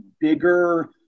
bigger